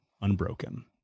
unbroken